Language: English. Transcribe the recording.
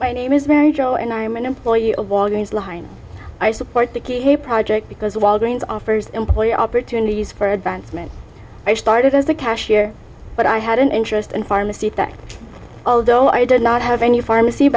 my name is mary jo and i'm an employee of walgreens line i support the key hay project because walgreens offers employee opportunities for advancement i started as a cashier but i had an interest in pharmacy tech although i did not have any pharmacy